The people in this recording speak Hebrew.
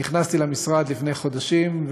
נכנסתי למשרד לפני חודשים,